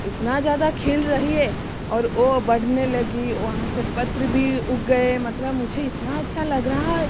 इतना ज़्यादा खिल रही है और ओ बढ़ने लगी वहाँ से पत्र भी उग गए मतलब मुझे इतना अच्छा लग रहा है